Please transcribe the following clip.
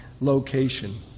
location